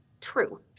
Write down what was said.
true